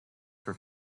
for